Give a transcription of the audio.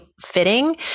fitting